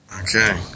Okay